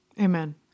Amen